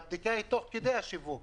הבדיקה היא תוך כדי השיווק.